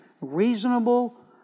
reasonable